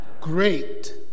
great